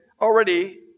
already